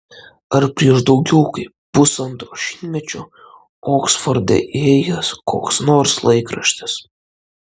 ar prieš daugiau kaip pusantro šimtmečio oksforde ėjęs koks nors laikraštis